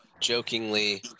jokingly